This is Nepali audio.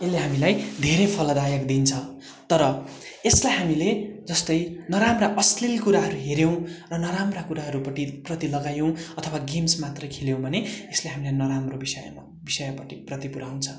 यसले हामीलाई धेरै फलदायक दिन्छ तर यसलाई हामीले जस्तै नराम्रा अश्लील कुराहरू हेऱ्यौँ अथवा नराम्रा कुराहरूपट्टि प्रति मात्र लगायौँ भने अथवा गेम्स मात्र खेल्यौँ भने यसले हामीलाई नराम्रो विषयमा विषयपट्टि प्रति पुऱ्याउँछ